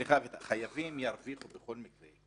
חייבים ירוויחו בכל מקרה,